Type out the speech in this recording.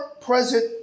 present